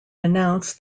announced